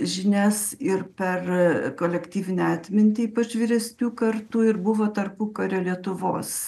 žinias ir per kolektyvinę atmintį ypač vyresnių kartų ir buvo tarpukario lietuvos